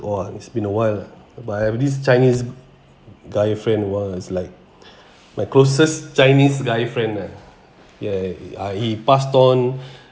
!wah! it's been awhile but I have this chinese guy friend was like my closest chinese guy friend lah ya ah he passed on